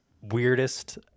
weirdest